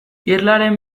irlaren